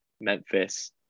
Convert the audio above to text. Memphis